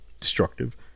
destructive